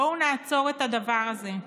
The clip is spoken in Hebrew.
בואו נעצור את הדבר הזה.